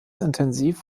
intensiv